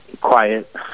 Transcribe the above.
quiet